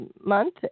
month